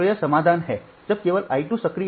तो यह समाधान है जब केवल I 2 सक्रिय है